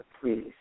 Please